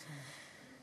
שלום.